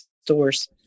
stores